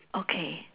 okay